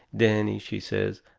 danny, she says,